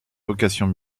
vocation